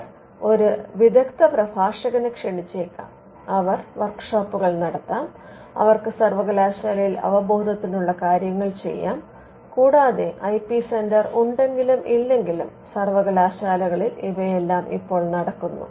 അവർ ഒരു വിദഗ്ദ്ധ പ്രഭാഷകനെ ക്ഷണിച്ചേക്കാം അവർ വർക്ക് ഷോപ്പുകൾ നടത്താം അവർക്ക് സർവകലാശാലയിൽ അവബോധത്തിനുള്ള കാര്യങ്ങൾ ചെയ്യാം കൂടാതെ ഐ പി സെന്റർ ഉണ്ടെങ്കിലും ഇല്ലെങ്കിലും സർവകലാശാലകളിൽ ഇവയെല്ലാം ഇപ്പോൾ നടക്കുന്നു